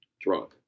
drunk